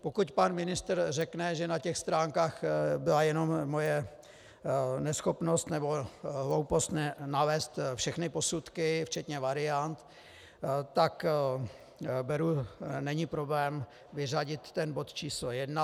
Pokud pan ministr řekne, že na těch stránkách byla jenom moje neschopnost nebo hloupost nalézt všechny posudky včetně variant, tak beru, není problém vyřadit ten bod číslo jedna.